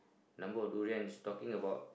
number of durians talking about